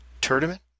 tournament